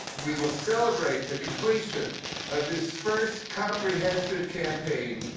we will celebrate the completion of this first comprehensive campaign,